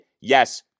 yes